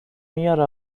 میاره